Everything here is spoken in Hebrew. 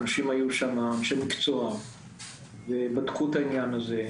אנשים היו שם, אנשי מקצוע ובדקו את העניין הזה,